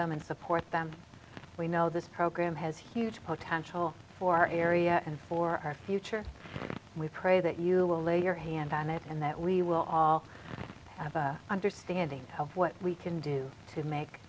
them and support them we know this program has huge potential for our area and for our future we pray that you will lay your hand on it and that we will all have a understanding of what we can do to make